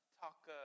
talk –